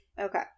Okay